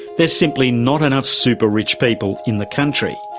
there's simply not enough super-rich people in the country.